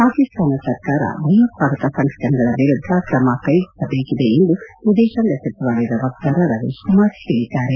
ಪಾಕಿಸ್ತಾನ ಸರ್ಕಾರ ಭಯೋತ್ಪಾದಕ ಸಂಘಟನೆಗಳ ವಿರುದ್ದ ಕ್ರಮಕ್ಟೆಗೊಳ್ಳಬೇಕಿದೆ ಎಂದು ವಿದೇತಾಂಗ ಸಚಿವಾಲಯದ ವಕ್ತಾರ ರವೀಶ್ ಕುಮಾರ್ ಹೇಳಿದ್ದಾರೆ